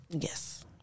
Yes